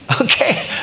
Okay